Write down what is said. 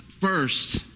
first